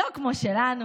לא כמו שלנו,